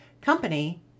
company